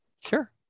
Sure